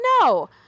No